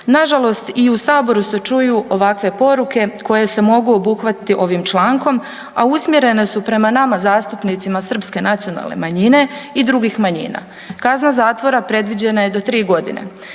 Nažalost i u Saboru se čuju ovakve poruke koje se mogu obuhvatiti ovim člankom, a usmjerene su prema nama zastupnicima Srpske nacionalne manjine i drugih manjina. Kazna zatvora predviđena je do tri godine